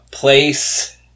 Place